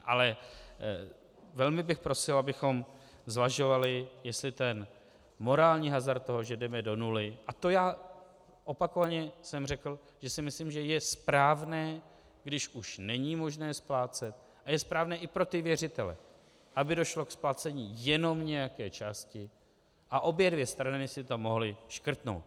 Ale velmi bych prosil, abychom zvažovali, jestli ten morální hazard toho, že jdeme do nuly a to jsem opakovaně řekl, že si myslím, že je správné, když už není možné splácet, a je správné i pro ty věřitele, aby došlo ke splacení jenom nějaké částky a obě dvě strany si to mohly škrtnout.